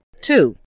Two